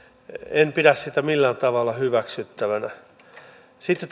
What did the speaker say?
en pidä sitä millään tavalla hyväksyttävänä sitten